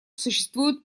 существует